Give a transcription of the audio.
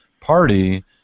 party